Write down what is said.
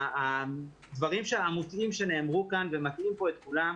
הדברים המוטעים שנאמרו כאן ומטעים את כולם.